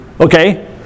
Okay